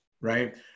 Right